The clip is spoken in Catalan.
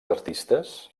artistes